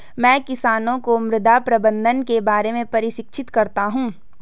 मैं किसानों को मृदा प्रबंधन के बारे में प्रशिक्षित करता हूँ